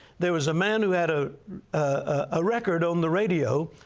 there was a man who had ah a record on the radio,